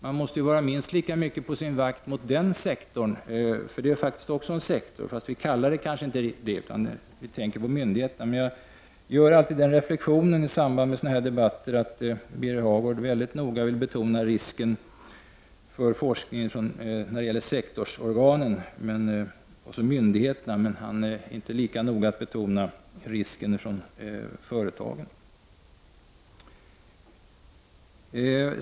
Man måste vara minst lika mycket på sin vakt när det gäller den sektorn — det är faktiskt fråga om en sektor även om vi inte använder den benämningen. I samband med sådana här debatter gör jag alltid reflexionen att Birger Hagård väldigt noga betonar riskerna för forskningen när det gäller sektorsorganen, myndigheterna. Däremot är han, som sagt, inte lika noga med att betona riskerna när det gäller företagen.